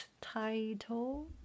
title